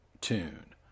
tune